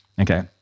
Okay